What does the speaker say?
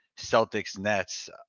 Celtics-Nets